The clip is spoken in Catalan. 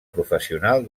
professional